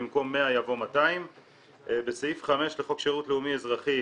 במקום 100 יבוא 200. בסעיף 5 לחוק שירות לאומי אזרחי,